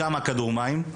6 מהכדורמים.